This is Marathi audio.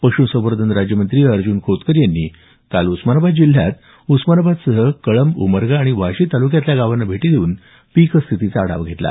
पश्संवर्धन राज्यमंत्री अर्ज्न खोतकर यांनी काल उस्मानाबाद जिल्ह्यात उस्मानाबादसह कळंब उमरगा आणि वाशी तालुक्यातल्या गावांना भेटी देऊन पिकस्थितीचा आढावा घेतला